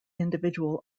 individual